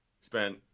spent